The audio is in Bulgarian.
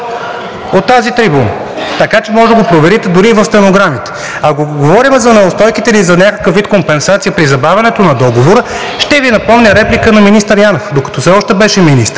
от тази трибуна. Така че може да го проверите дори и в стенограмите. Ако говорим за неустойките или за някакъв вид компенсация при забавянето на Договора, ще Ви напомня реплика на министър Янев, докато все още беше министър.